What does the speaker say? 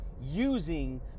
using